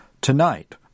Tonight